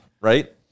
Right